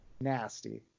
nasty